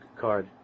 card